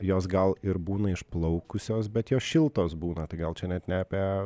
jos gal ir būna išplaukusios bet jos šiltos būna tai gal čia net ne apie